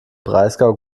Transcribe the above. breisgau